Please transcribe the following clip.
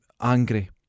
angry